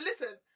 listen